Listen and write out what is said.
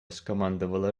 скомандовала